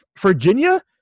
Virginia